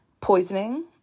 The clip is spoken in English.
Poisoning